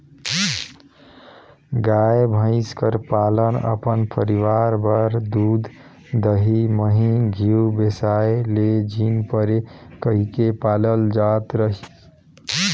गाय, भंइस कर पालन अपन परिवार बर दूद, दही, मही, घींव बेसाए ले झिन परे कहिके पालल जात रहिस